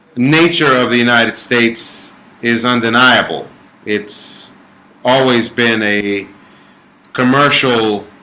nature of the united states is undeniable it's always been a commercial